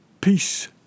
peace